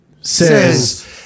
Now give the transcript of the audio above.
says